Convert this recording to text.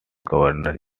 governor